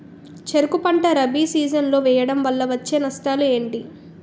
చెరుకు పంట రబీ సీజన్ లో వేయటం వల్ల వచ్చే నష్టాలు ఏంటి?